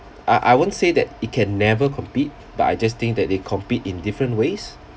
I I won't say that it can never compete but I just think that they compete in different ways